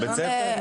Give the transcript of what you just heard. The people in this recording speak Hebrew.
בית הספר?